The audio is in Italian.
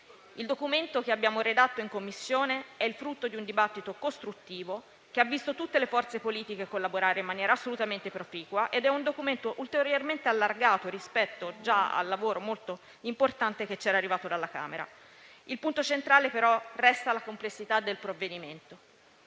Il documento che abbiamo redatto in Commissione è il frutto di un dibattito costruttivo, che ha visto tutte le forze politiche collaborare in maniera assolutamente proficua; ed è un documento ulteriormente allargato rispetto al lavoro già molto importante che era arrivato dalla Camera. Il punto centrale però resta la complessità del provvedimento.